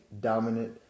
dominant